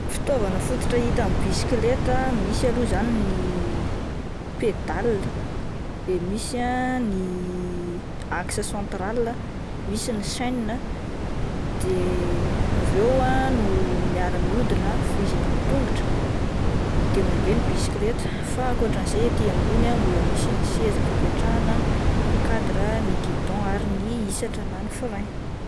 Fitaovana fototra hita amin'ny bisikileta ah, misy aloha izany ny pedale de misy ah ny axe centrale, misy ny chaine de ireo ah no miara-mihidina vohizina amin'ny tongotra de mandeha ny bisikileta fa akotran'izay ety ambony mbola misy ny seza fipetrahana, ny cadre ny gidon ary ny hisatra na ny frein.